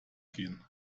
gehen